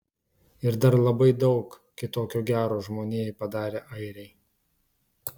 ir dar labai daug kitokio gero žmonijai padarę airiai